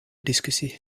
discussie